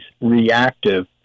reactive